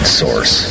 source